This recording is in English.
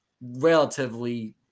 relatively